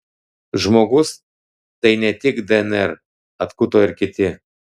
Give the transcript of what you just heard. žmogus tai ne tik dnr atkuto ir kiti